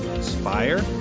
inspire